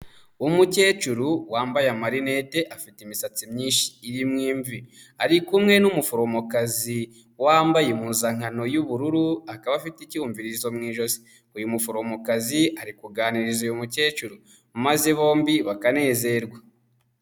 Umukecuru wambaye amarinette afite imisatsi myinshi irimo imvi, ari kumwe n'umuforomokazi wambaye impuzankano y'ubururu akaba afite icyumvirizo mu ijosi, uyu muforomokazi ari kuganiriza uyu mukecuru maze bombi bakanezerwa.